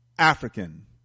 African